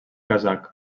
kazakh